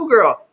girl